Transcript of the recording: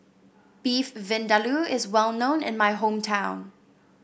Beef Vindaloo is well known in my hometown